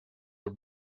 are